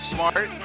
Smart